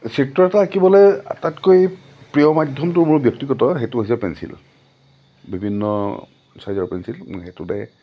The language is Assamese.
চিত্ৰ এটা আঁকিবলৈ আটাইতকৈ প্ৰিয় মাধ্যমটো মোৰ ব্যক্তিগত সেইটো হৈছে পেঞ্চিল বিভিন্ন চাইজৰ পেঞ্চিল মই সেইটোতে